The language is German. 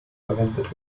verwendet